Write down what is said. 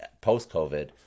post-COVID